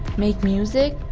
make music,